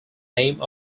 name